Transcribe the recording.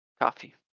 coffee